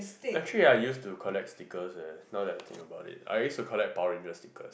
actually I used to collect stickers eh now that I think about it I used to collect Power Ranger Sticker